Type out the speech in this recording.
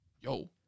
Yo